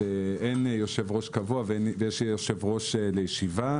שאין יושב-ראש קבוע, ויש יושב-ראש לישיבה.